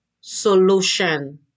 solution